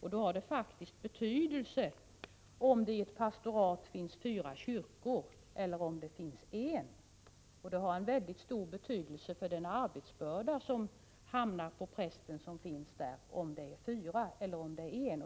Och det har faktiskt mycket stor betydelse för den arbetsbörda som åläggs prästen i ett pastorat, om det finns fyra kyrkor eller om det finns en.